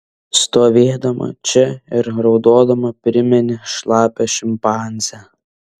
stovėdama čia ir raudodama primeni šlapią šimpanzę